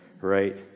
right